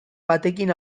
batekin